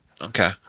Okay